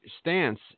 stance